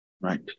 right